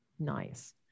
nice